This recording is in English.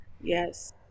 Yes